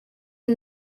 and